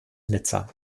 nizza